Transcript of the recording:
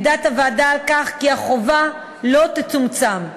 עמדה הוועדה על כך כי החובה לא תצומצם.